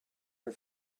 her